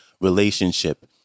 relationship